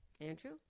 Andrew